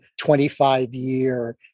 25-year